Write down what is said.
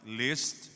list